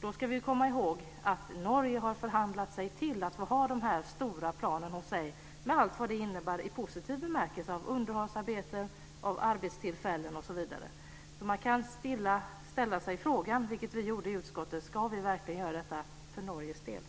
då ska man komma ihåg att Norge har förhandlat sig till att få ha de stora planen hos sig, med allt vad det innebär i positiv bemärkelse av underhållsarbete, arbetstillfällen osv. Man kan ställa sig frågan, vilket vi gjorde i utskottet: Ska vi verkligen göra detta för Norges del?